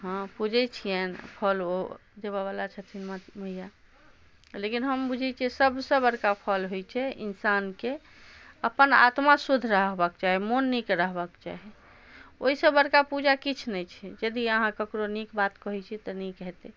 हँ पूजै छिअनि फल ओ देबऽवला छथिन मइआ लेकिन हम बुझै छिए सबसँ बड़का फल होइ छै इन्सानके अपन आत्मा शुद्ध रहबाके चाही मोन नीक रहबाके चाही ओहिसँ बड़का पूजा किछु नहि छै जदि अहाँ ककरो नीक बात कहै छिए तऽ नीक हेतै